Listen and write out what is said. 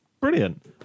brilliant